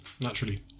Naturally